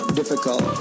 difficult